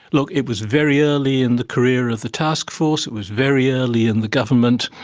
look, it was very early in the career of the taskforce, it was very early in the government.